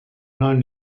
neuen